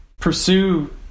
pursue